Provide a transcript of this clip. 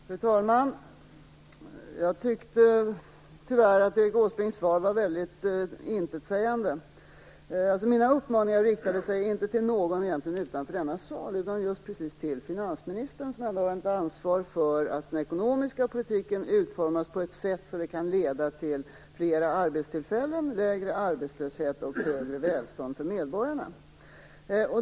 Fru talman! Jag tyckte tyvärr att Erik Åsbrinks svar var väldigt intetsägande. Mina uppmaningar riktade sig inte till någon utanför denna sal utan just till finansministern, som ändå har ett ansvar för att den ekonomiska politiken utformas på ett sådant sätt att den kan leda till flera arbetstillfällen, lägre arbetslöshet och högre välstånd för medborgarna.